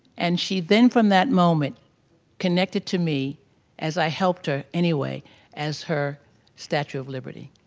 and she then, from that moment connected to me as i helped her anyway as her statue of liberty.